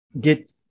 get